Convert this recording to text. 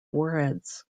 warheads